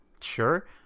sure